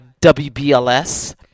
WBLS